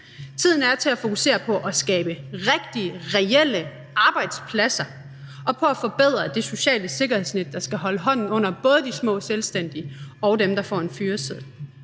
tiden er til at fokusere på at skabe rigtige, reelle arbejdspladser og på at forbedre det sociale sikkerhedsnet, der skal holde hånden under både de små selvstændige og dem, der får en fyreseddel.